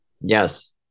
Yes